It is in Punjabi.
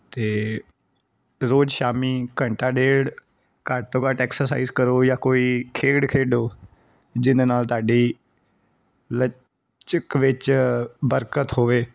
ਅਤੇ ਰੋਜ਼ ਸ਼ਾਮ ਘੰਟਾ ਡੇਢ ਘੱਟ ਤੋਂ ਘੱਟ ਐਕਸਰਸਾਈਜ਼ ਕਰੋ ਜਾਂ ਕੋਈ ਖੇਡ ਖੇਡੋ ਜਿਹਦੇ ਨਾਲ ਤੁਹਾਡੀ ਲਚਕ ਵਿੱਚ ਬਰਕਤ ਹੋਵੇ